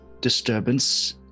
disturbance